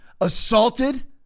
assaulted